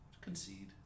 concede